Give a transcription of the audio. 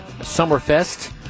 Summerfest